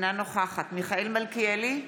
אינה נוכחת מיכאל מלכיאלי,